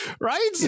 right